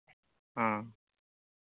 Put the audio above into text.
ᱚᱻ